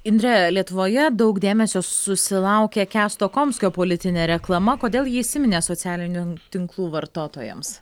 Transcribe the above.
indre lietuvoje daug dėmesio susilaukė kęsto komskio politinė reklama kodėl ji įsiminė socialinių tinklų vartotojams